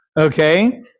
okay